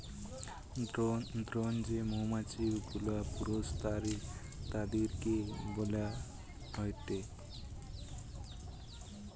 drone যেই মৌমাছি গুলা পুরুষ তাদিরকে বইলা হয়টে